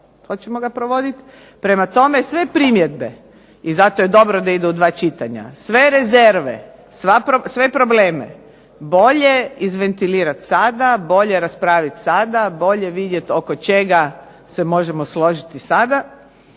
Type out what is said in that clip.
hoćemo ga provoditi. Prema tome sve primjedbe, i zato je dobro da ide u 2 čitanja, sve rezerve, sve probleme bolje izventilirat sada, bolje raspraviti sada, bolje vidjeti oko čega se možemo složiti sada.